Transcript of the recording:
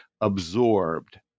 absorbed